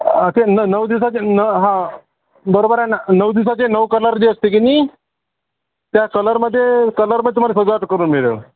असे न नऊ दिवसाचे न हां बरोबर आहे ना नऊ दिवसाचे नऊ कलर जे असते की नाही त्या कलरमध्ये कलरमे तुम्हाला सजावट करून मिळेल